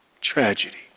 tragedy